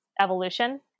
evolution